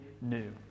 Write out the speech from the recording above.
new